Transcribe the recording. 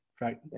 right